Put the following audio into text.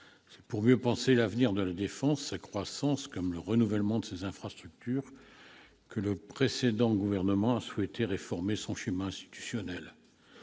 C'est pour mieux penser l'avenir de La Défense, sa croissance comme le renouvellement de ses infrastructures, que le précédent gouvernement a souhaité réformer son schéma institutionnel.